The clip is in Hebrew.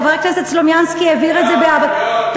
חבר הכנסת סלומינסקי העביר את זה בתאתאתא.